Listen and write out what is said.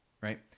Right